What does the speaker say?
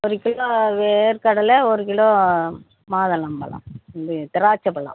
ஒரு கிலோ வேர்க்கடலை ஒரு கிலோ மாதுளம்பழம் வந்து திராட்சைப் பழம்